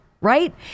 Right